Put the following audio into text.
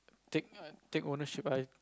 take take ownership I